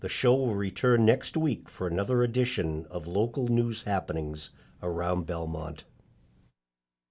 the show will return next week for another edition of local news happenings around belmont